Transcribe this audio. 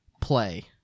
play